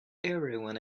everyone